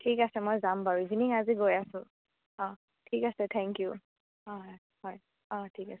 ঠিক আছে মই যাম বাৰু ইভিনিং আজি গৈ আছোঁ অ' ঠিক আছে থেংক ইউ হয় হয় অ' ঠিক আছে